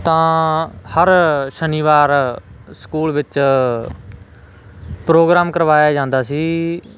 ਤਾਂ ਹਰ ਸ਼ਨੀਵਾਰ ਸਕੂਲ ਵਿੱਚ ਪ੍ਰੋਗਰਾਮ ਕਰਵਾਇਆ ਜਾਂਦਾ ਸੀ